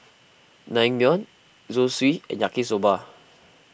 Naengmyeon Zosui and Yaki Soba